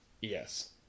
Yes